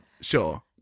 Sure